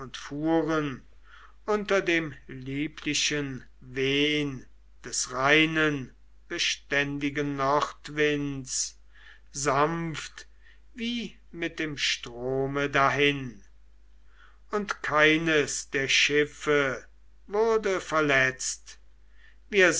fuhren unter dem lieblichen wehn des reinen beständigen nordwinds sanft wie mit dem strome dahin und keines der schiffe wurde verletzt